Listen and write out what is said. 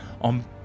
on